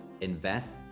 invest